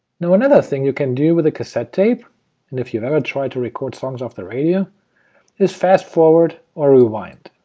now, another thing you can do with a cassette tape and if you've ever tried to record songs off the radio is fast forward or rewind.